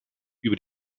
über